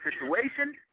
situation